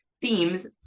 themes